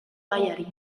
gaiari